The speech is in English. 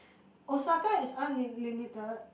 Osaka is unlimited